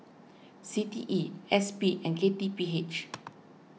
C T E S P and K T P H